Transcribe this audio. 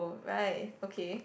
right okay